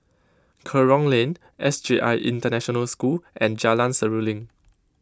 Kerong Lane S J I International School and Jalan Seruling